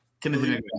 Timothy